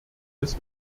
des